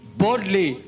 boldly